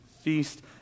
feast